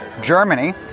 Germany